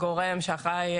הגורם שאחראי,